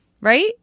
right